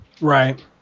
Right